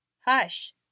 Hush